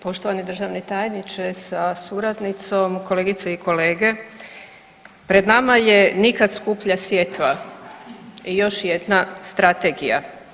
Poštovani državni tajniče sa suradnicom, kolegice i kolege, pred nama je nikad skuplja sjetva, još jedna strategija.